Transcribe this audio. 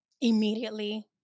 immediately